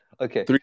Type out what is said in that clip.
Okay